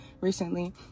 recently